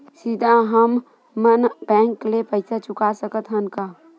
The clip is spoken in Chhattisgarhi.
सीधा हम मन बैंक ले पईसा चुका सकत हन का?